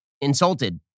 insulted